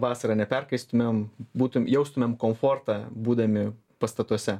vasarą neperkaistumėm būtum jaustumėm komfortą būdami pastatuose